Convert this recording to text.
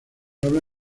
habla